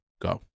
go